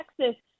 Texas